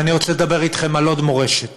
אבל אני רוצה לדבר אתכם על עוד מורשת,